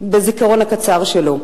בזיכרון הקצר שלו,